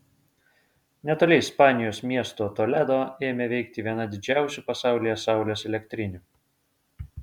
netoli ispanijos miesto toledo ėmė veikti viena didžiausių pasaulyje saulės elektrinių